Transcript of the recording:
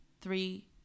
three